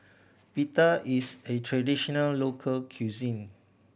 pita is a traditional local cuisine